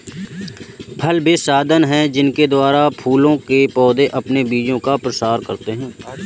फल वे साधन हैं जिनके द्वारा फूलों के पौधे अपने बीजों का प्रसार करते हैं